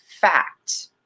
fact